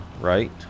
right